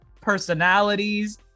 personalities